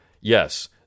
Yes